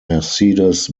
mercedes